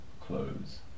clothes